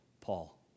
Paul